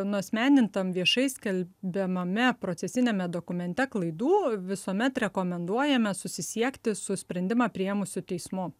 nuasmenintam viešai skelbiamame procesiniame dokumente klaidų visuomet rekomenduojame susisiekti su sprendimą priėmusiu teismu